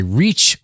reach